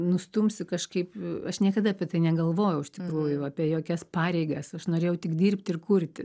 nustumsiu kažkaip aš niekada apie tai negalvojau iš tikrųjų apie jokias pareigas aš norėjau tik dirbti ir kurti